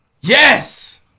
Yes